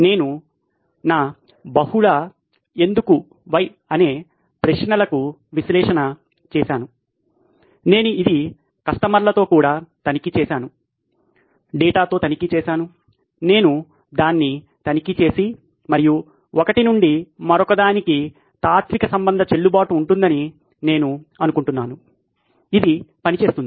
నేను బహుళ ఎందుకు అనే ప్రశ్నలకు విశ్లేషణ చేసాను నేను ఇది కస్టమర్లతో తనిఖీ చేశాను డేటాతో తనిఖీ చేశాను నేను దాన్ని తనిఖీ చేసి మరియు ఒకటి నుండి మరొకదానికి తాత్విక సంబంధ చెల్లుబాటు ఉంటుందని నేను అనుకుంటున్నాను ఇది పనిచేస్తుంది